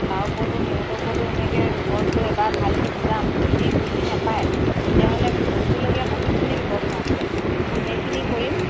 তাৰ ওপৰতো সিহঁতৰ ওপৰতো সেনেকৈ ঘৰত গৈ এবাৰ ভালকৈ বুজাম যদি বুজি নাপায় তেতিয়াহ'লে কৰিবলগীয়া বহুতখিনি ব্যৱস্থা আছে মই সেইখিনি কৰিম